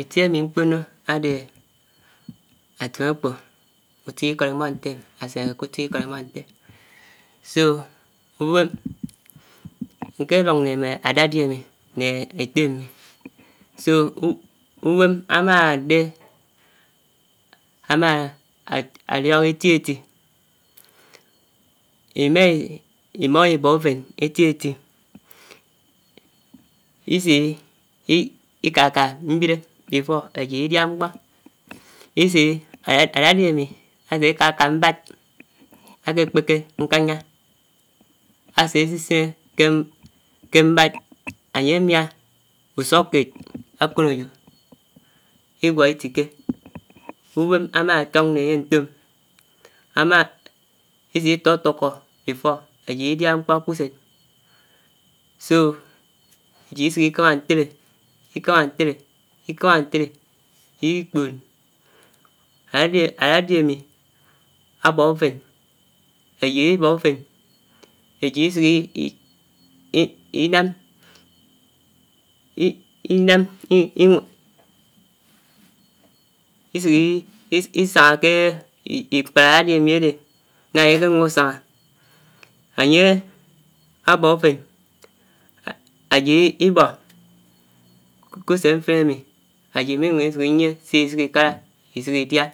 Itié ámi mkpónnó ádé átim ékpó, utu ikót umóh nté ásiné kè utu ikót umóh nté so uwém, nké dung né mè ádaddy ámi, nè étté ámi so uwém ámádé, ámá-liók eti-eti, imá ibó ufén étiéti isi ikáká mbiéré before àyid adiá mkpó isi á daddy àmi àsé ákàkà mbád áké kpéké m'ukányá, ásé ásisiné ké mbád ányé mià usuk-kéd ákónóyó igwóhó itiké, uwèm ámásóng mé ányé ntóm ámá isi tutukó before áyid idiá mkpó ké usén so áyid isukikàmà ntédé, ikámá ntédé, ikámà ntédé idi kpón, ádaddy, ádaddy ámi ábó ufén, áyid ibó ufén, áyid isuk isuk isángà, ánye ábó ufén áyid ibó, k'usén mfin àmi àyid iminyung isuk inié sé isuk ikárà isin idiá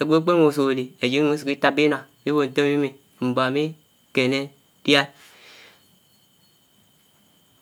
ágnó ákpénung ásuk ádi áyid inyung isuk itákpá inó ibó ntó mmi mi numg bó mi kéné diá.